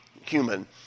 human